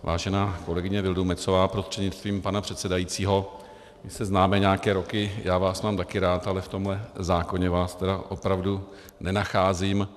Vážená kolegyně Vildumetzová prostřednictvím pana předsedajícího, my se známe nějaké roky, já vás mám taky rád, ale v tomhle zákoně vás tedy opravdu nenacházím.